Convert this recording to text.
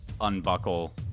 unbuckle